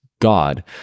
God